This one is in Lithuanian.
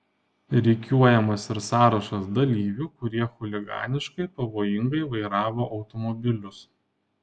rikiuojamas ir sąrašas dalyvių kurie chuliganiškai pavojingai vairavo automobilius